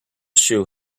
shoe